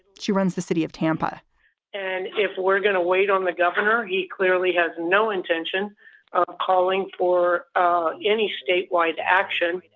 she runs the city of tampa and if we're going to wait on the governor, he clearly has no intention of calling for ah any statewide action.